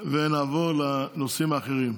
ונעבור לנושאים האחרים.